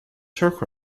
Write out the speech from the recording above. turk